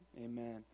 amen